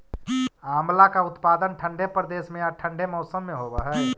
आंवला का उत्पादन ठंडे प्रदेश में या ठंडे मौसम में होव हई